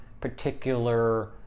particular